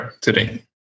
today